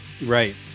right